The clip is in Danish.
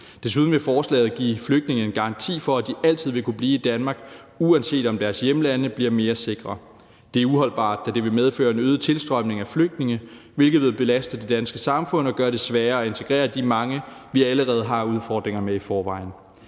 Desuden vil forslaget give flygtninge en garanti for, at de altid vil kunne blive i Danmark, uanset om deres hjemlande bliver mere sikre. Det er uholdbart, da det vil medføre en øget tilstrømning af flygtninge, hvilket vil belaste det danske samfund og gøre det sværere at integrere de mange, vi allerede har udfordringer med i forvejen.